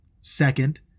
Second